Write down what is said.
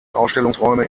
ausstellungsräume